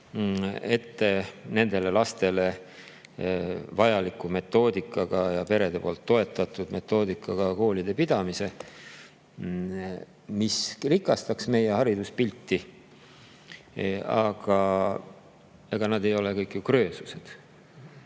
ette nende lastele vajaliku metoodikaga ja perede toetatud metoodikaga koolide pidamise, mis rikastaksid meie hariduspilti. Aga ega nad ei ole kõik ju kröösused,